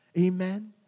Amen